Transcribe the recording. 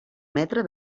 metre